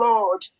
Lord